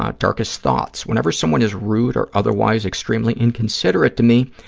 ah darkest thoughts. whenever someone is rude or otherwise extremely inconsiderate to me,